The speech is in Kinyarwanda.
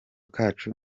kacu